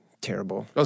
terrible